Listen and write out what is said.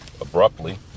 abruptly